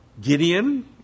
Gideon